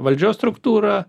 valdžios struktūra